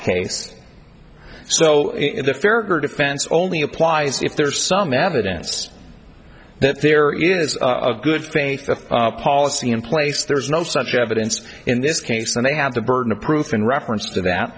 case so the farragher defense only applies if there's some evidence that there is a good faith policy in place there's no such evidence in this case and they have the burden of proof in reference to that